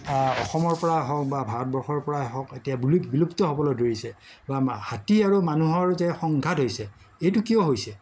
অসমৰ পৰা হওক বা ভাৰতবৰ্ষৰ পৰাই হওক এতিয়া বিলুপ্ত হ'ব ধৰিছে বা হাতী আৰু মানুহৰ যে সংঘাত হৈছে এইটো কিয় হৈছে